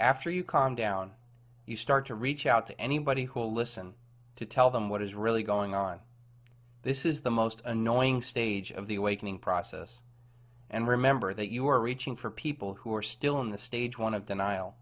after you calm down you start to reach out to anybody who will listen to tell them what is really going on this is the most annoying stage of the awakening process and remember that you are reaching for people who are still in the stage one of denial